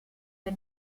der